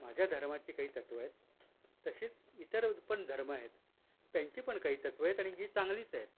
माझ्या धर्माची काही तत्त्व आहेत तसेच इतर पण धर्म आहेत त्यांची पण काही तत्त्व आहेत आणि जी चांगलीच आहेत